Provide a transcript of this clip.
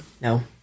No